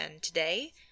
today